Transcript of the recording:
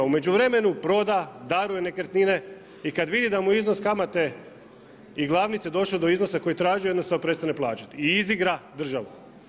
U međuvremenu proda, daruje nekretnine i kada vidi da mu iznos kamate i glavnice došao do iznosa koji je tražio jednostavno prestane plaćati i izigra državu.